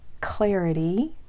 clarity